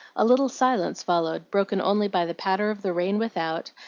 a little silence followed, broken only by the patter of the rain without,